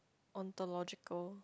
ontological